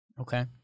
Okay